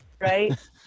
right